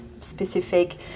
specific